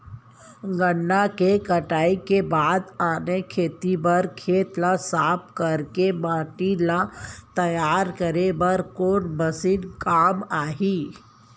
गन्ना के कटाई के बाद आने खेती बर खेत ला साफ कर के माटी ला तैयार करे बर कोन मशीन काम आही?